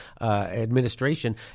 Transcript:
administration